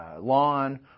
lawn